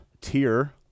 tier